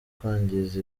kwangiza